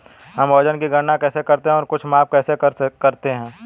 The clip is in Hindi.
हम वजन की गणना कैसे करते हैं और कुछ माप कैसे करते हैं?